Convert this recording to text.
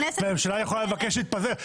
והממשלה יכולה לבקש להתפזר.